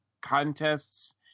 contests